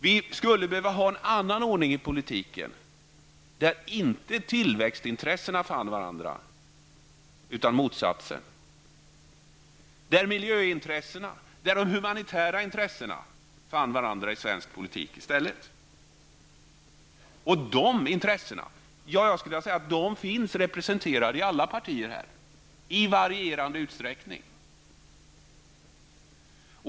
Vi skulle behöva ha en annan ordning i svensk politik, där inte tillväxtintressena fann varandra utan motsatsen, där miljöintressena och de humanitära intressena fann varandra i stället. Dessa intressen finns representerade i alla partier i varierande utsträckning.